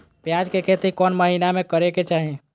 प्याज के खेती कौन महीना में करेके चाही?